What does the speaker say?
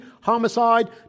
homicide